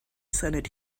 senate